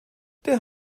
der